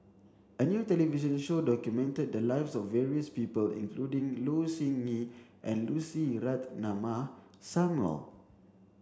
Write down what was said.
a new television show documented the lives of various people including Low Siew Nghee and Lucy Ratnammah Samuel